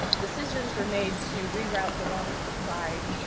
decisions were made to reroute the water supply